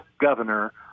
governor